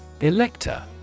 Elector